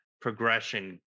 progression